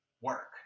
work